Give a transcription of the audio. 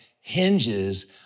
hinges